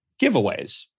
giveaways